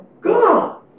God